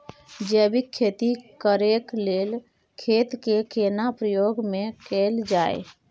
जैविक खेती करेक लैल खेत के केना प्रयोग में कैल जाय?